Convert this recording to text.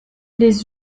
les